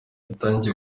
yatangaje